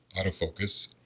autofocus